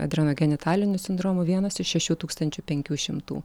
adrenogenitaliniu sindromu vienas iš šešių tūkstančių penkių šimtų